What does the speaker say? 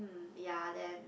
um ya then